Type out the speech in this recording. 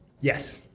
Yes